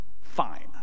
fine